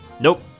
Nope